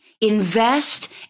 invest